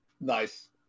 Nice